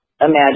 imagine